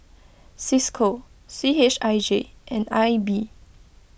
Cisco C H I J and I B